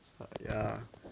ya